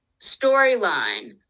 storyline